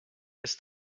ist